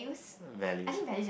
values ah